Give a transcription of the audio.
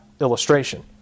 illustration